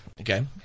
Okay